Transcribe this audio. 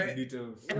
details